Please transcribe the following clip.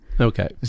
Okay